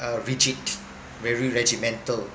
uh rigid very regimental